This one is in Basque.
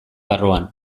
barruan